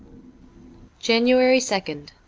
january second